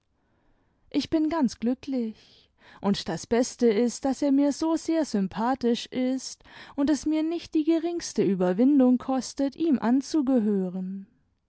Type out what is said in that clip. ich bin ganz glücklich und das beste ist daß er mir so sehr sympathisch ist und es mir nicht die geringste überwindung kostet ihm anzugehören